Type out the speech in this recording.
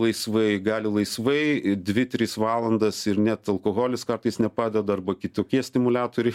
laisvai gali laisvai dvi tris valandas ir net alkoholis kartais nepadeda arba kitokie stimuliatoriai